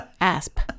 Asp